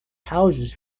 houses